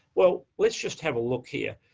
well, let's just have a look here.